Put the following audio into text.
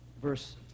verse